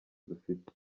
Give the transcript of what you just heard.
dufite